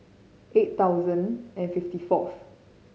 eight thousand and fifty fourth